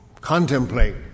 contemplate